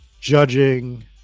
judging